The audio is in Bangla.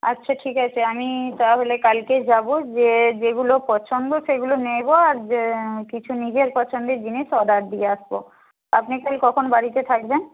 আচ্ছা ঠিক আছে আমি তাহলে কালকে যাব গিয়ে যেগুলো পছন্দ সেগুলো নেব আর কিছু নিজের পছন্দের জিনিস অর্ডার দিয়ে আসবো আপনি কাল কখন বাড়িতে থাকবেন